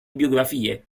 biografie